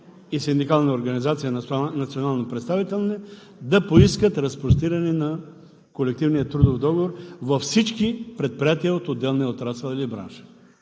и синдикални организации – национално представителни, разпростиране на колективния трудов договор във всички предприятия от отделния отрасъл или бранш.